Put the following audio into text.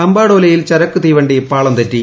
അംബാഡോലയിൽ ചരക്കു തീവണ്ടിപാളം തെറ്റി